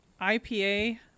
ipa